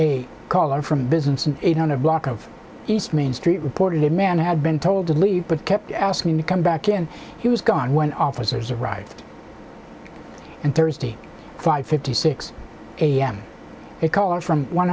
caller from business an eight hundred block of east main street reported a man had been told to leave but kept asking to come back and he was gone when officers arrived and thursday five fifty six am a call from one